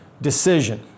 decision